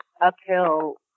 uphill